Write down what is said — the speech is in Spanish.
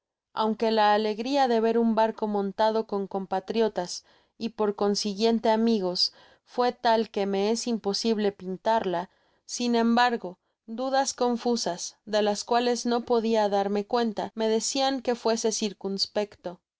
aunque la alegria de ver un barco montado con compatriotas y por consiguiente por amigos fué tal que me es imposible pintarla sin embargo dudas confesas de las cuates no podia darme cuenta me deeiau que fuese circunspecto